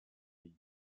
pays